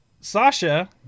Sasha